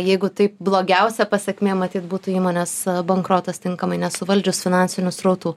jeigu taip blogiausia pasekmė matyt būtų įmonės bankrotas tinkamai nesuvaldžius finansinių srautų